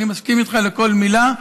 אני מסכים איתך בכל מילה.